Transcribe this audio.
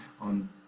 on